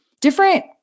different